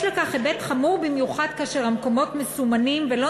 יש לכך היבט חמור במיוחד כאשר המקומות מסומנים ולא